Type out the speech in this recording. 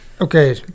Okay